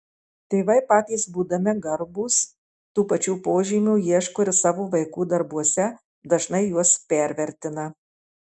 tėvai patys būdami gabūs tų pačių požymių ieško ir savo vaikų darbuose dažnai juos pervertina